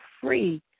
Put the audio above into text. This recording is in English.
free